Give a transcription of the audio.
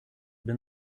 been